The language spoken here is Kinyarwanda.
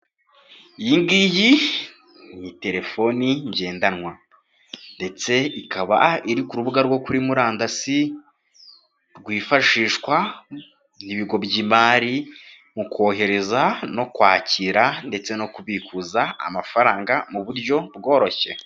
Iyi ngiyi ni telefoni ngendanwa ndetse ikaba iri ku rubuga rwo kuri murandasi, rwifashishwa n'ibigo by'imari mu kohereza no kwakira ndetse no kubikuza amafaranga mu buryo bworoshye.